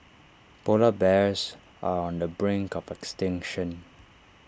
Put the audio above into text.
Polar Bears are on the brink of extinction